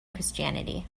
christianity